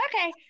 Okay